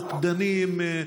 מוקדנים,